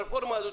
הרפורמה זאת,